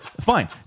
fine